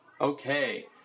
Okay